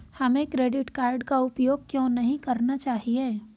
हमें credit card का उपयोग क्यों नहीं करना चाहिए?